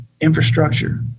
infrastructure